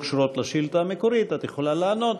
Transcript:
קשורות לשאילתה המקורית את יכולה לענות,